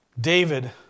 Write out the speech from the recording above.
David